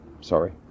Sorry